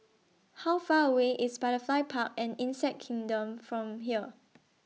How Far away IS Butterfly Park and Insect Kingdom from here